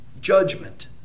Judgment